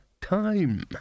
time